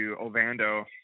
Ovando